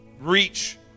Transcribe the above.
reach